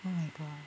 oh my god